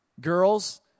Girls